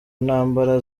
ntambara